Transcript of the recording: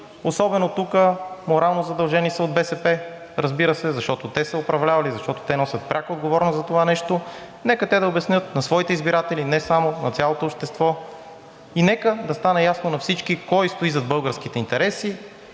Особено тук морално задължени са от БСП, разбира се, защото те са управлявали, защото те носят пряка отговорност за това нещо. Нека те да обяснят на своите избиратели – не само, на цялото общество, и нека да стане ясно на всички кой стои зад българските интереси,